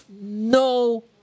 no